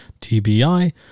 TBI